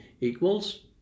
equals